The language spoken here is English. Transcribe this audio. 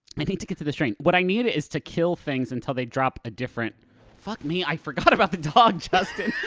i need to get to the shrain. what i need is to kill things until they drop a different fuck me, i forgot about the dog, justin!